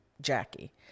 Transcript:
Jackie